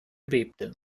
bebte